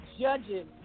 judges